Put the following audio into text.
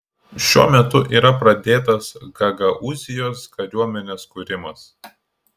šiuo metu yra pradėtas gagaūzijos kariuomenės kūrimas